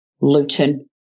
Luton